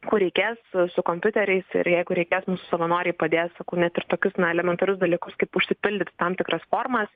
kur reikės su kompiuteriais ir jeigu reikės savanoriai padės kuomet ir tokius na elementarius dalykus kaip užsipildyti tam tikras formas